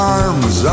arms